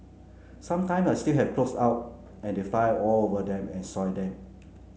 sometimes I still have clothes out and they fly all over them and soil them